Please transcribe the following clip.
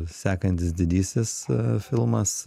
sekantis didysis filmas